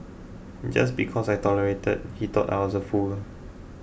just because I tolerated he thought I was a fool